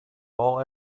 all